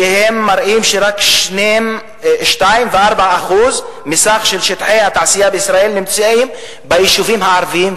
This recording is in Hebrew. שרק 2.4% מסך שטחי התעשייה בישראל נמצאים ביישובים הערביים,